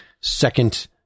second